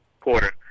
Porter